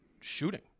shooting